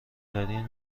ترین